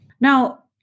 Now